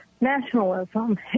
nationalism